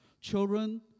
Children